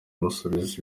amusubiza